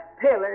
pillars